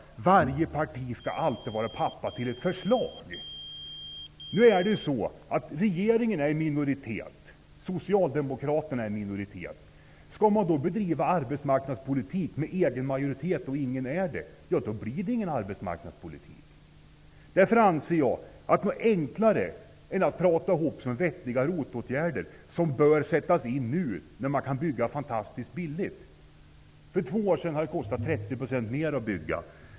Varje parti skall alltid vara pappa till ett förslag. Regeringen är ju i minoritet. Socialdemokraterna är också i minoritet. Om man skall bedriva arbetsmarknadspolitik med egen majoritet och ingen har egen majoritet, blir det ingen arbetsmarknadspolitik. Därför anser jag att det är enklare att prata ihop sig om vettiga ROT-åtgärder. De bör sättas in nu när det går att bygga fantastiskt billigt. För två år sedan kostade det 30 % mer att bygga.